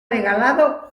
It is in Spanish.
regalado